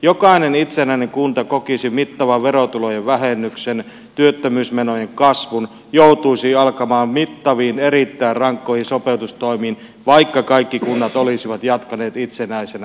jokainen itsenäinen kunta kokisi mittavan verotulojen vähennyksen työttömyysmenojen kasvun joutuisi alkamaan mittaviin erittäin rankkoihin sopeutustoimiin vaikka kaikki kunnat olisivat jatkaneet itsenäisinä